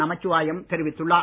நமச்சிவாயம் தெரிவித்துள்ளார்